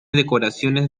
decoraciones